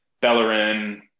Bellerin